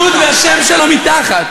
עם הציטוט והשם שלו מתחת.